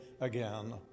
again